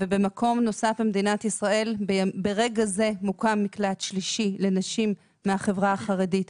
ובמקום נוסף במדינת ישראל ברגע זה מוקם מקלט שלישי לנשים מהחברה החרדית.